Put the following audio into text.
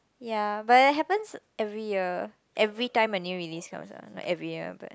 ya but it happens every year every time a new release comes out like every year but